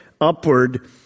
upward